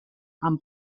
amb